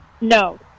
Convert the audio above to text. No